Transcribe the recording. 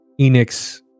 Enix